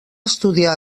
estudiar